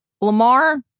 Lamar